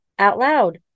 OUTLOUD